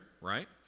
right